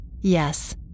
Yes